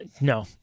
No